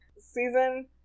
Season